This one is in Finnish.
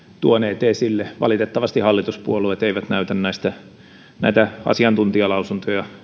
tuoneet esille valitettavasti hallituspuolueet eivät näytä näitä asiantuntijalausuntoja